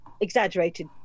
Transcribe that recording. exaggerated